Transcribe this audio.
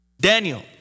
Daniel